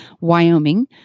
Wyoming